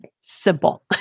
Simple